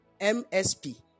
MSP